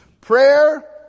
Prayer